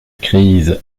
crise